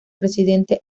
presidente